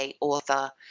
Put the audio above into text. author